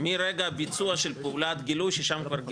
מרגע הביצוע של פעולת גילוי, ששם כבר גילית.